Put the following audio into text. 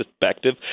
perspective